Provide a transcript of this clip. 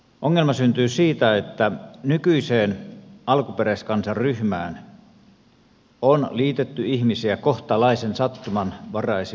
ongelma syntyy siitä että nykyiseen alkuperäiskansaryhmään on liitetty ihmisiä kohtalaisen sattumanvaraisin perustein